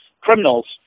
criminals